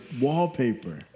wallpaper